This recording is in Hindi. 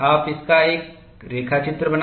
आप इसका एक रेखा चित्र बनाते हैं